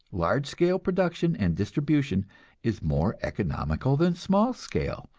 large-scale production and distribution is more economical than small-scale,